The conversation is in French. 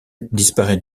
disparaît